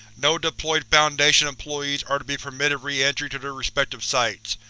no deployed foundation employees are to be permitted reentry to their respective sites,